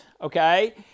okay